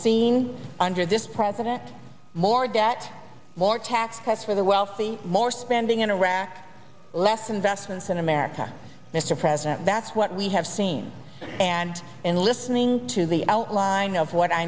seen under this president more debt more tax cuts for the wealthy more spending interact less investments in america mr president that's what we have seen and in listening to the outline of what i